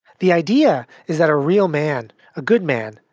the idea is that a real man, a good man,